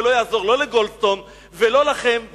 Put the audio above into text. ולא יעזור לא לגולדסטון ולא לכם,